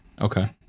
Okay